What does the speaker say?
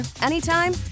anytime